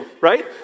right